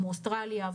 כמו אוסטרליה,